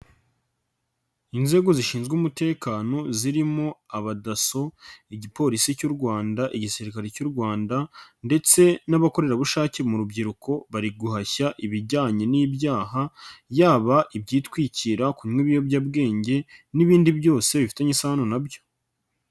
Inzego zishinzwe umutekano, zirimo abadaso, Igipolisi cy'u Rwanda, Igisirikare cy'u Rwanda ndetse n'abakorerabushake mu rubyiruko, bari guhashya ibijyanye n'ibyaha, yaba ibyitwikira kunywa ibiyobyabwenge n'ibindi byose bifitanye isano na byo.